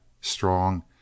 strong